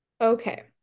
okay